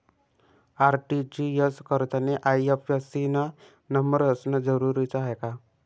RTGS करतांनी IFSC न number असनं जरुरीच हाय का?